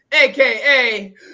aka